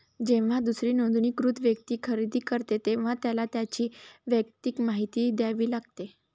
जेव्हा दुसरी नोंदणीकृत व्यक्ती खरेदी करते, तेव्हा त्याला त्याची वैयक्तिक माहिती द्यावी लागते